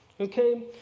okay